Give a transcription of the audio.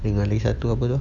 dengan lagi satu apa tu